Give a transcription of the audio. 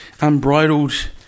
unbridled